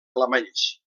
alemanys